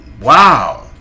wow